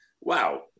wow